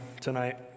tonight